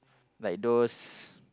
like those